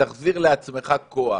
שתחזיר לעצמך כוח,